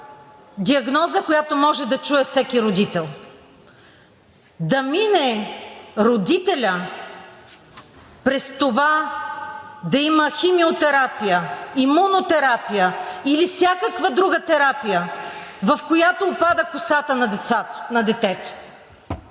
диагноза, която може да чуе всеки родител. Да мине родителят през това да има химиотерапия, имунотерапия или всякаква друга терапия, в която опада косата на детето,